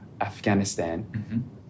Afghanistan